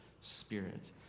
spirit